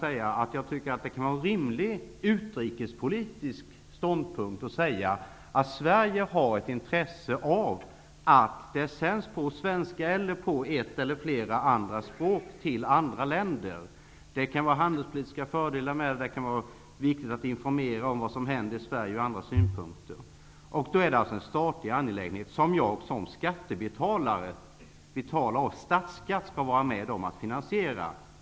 Däremot tycker jag att det kan vara en rimlig utrikspolitisk ståndpunkt att säga att Sverige har ett intresse av att det sänds på svenska eller på ett eller flera andra språk till andra länder. Det kan ha handelspolitiska fördelar, och det kan även från andra synpunkter vara viktigt att informera om vad som händer i Sverige. Att så sker är då en statlig angelägenhet som jag som betalare av statsskatt skall vara med om att finansiera.